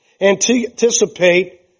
Anticipate